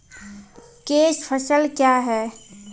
Cash फसल क्या हैं?